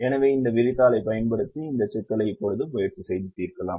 எனவே இந்த விரிதாளைப் பயன்படுத்தி இந்த சிக்கலை இப்போது முயற்சி செய்து தீர்க்கலாம்